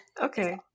okay